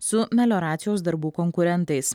su melioracijos darbų konkurentais